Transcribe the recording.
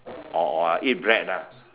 or or I eat bread ah